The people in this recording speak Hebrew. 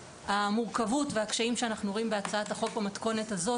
המורכבות והקשיים שאנחנו רואים בהצעת החוק במתכונת הזאת,